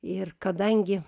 ir kadangi